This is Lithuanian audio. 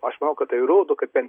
aš manau kad tai rodo kad bent